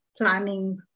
planning